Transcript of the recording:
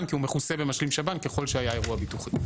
כי הוא מכוסה במשלים שב"ן ככל שהיה אירוע ביטוחי.